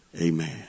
Amen